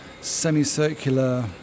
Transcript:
semicircular